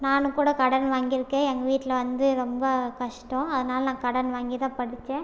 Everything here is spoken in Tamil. நான் கூட கடன் வாங்கியிருக்கேன் எங்கள் வீட்டில் வந்து ரொம்ப கஷ்டம் அதனால் நான் கடன் வாங்கிதான் படிச்சேன்